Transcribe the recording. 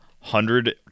hundred